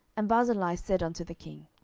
and barzillai said unto the king,